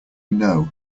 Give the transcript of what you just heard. know